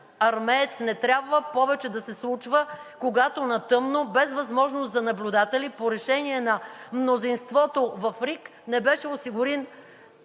Армеец“ не трябва повече да се случва, когато на тъмно, без възможност за наблюдатели, по решение на мнозинството в РИК не беше осигурен